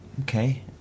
Okay